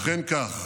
אכן כך.